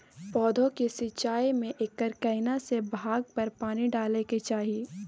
पौधों की सिंचाई में एकर केना से भाग पर पानी डालय के चाही?